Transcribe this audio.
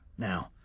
Now